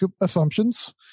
assumptions